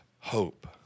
hope